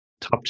top